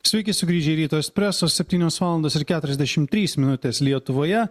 sveiki sugrįžę į ryto espreso septynios valandos ir keturiasdešim trys minutės lietuvoje